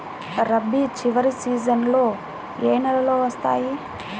రబీ చివరి సీజన్లో ఏ నెలలు వస్తాయి?